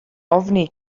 ofni